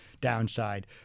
downside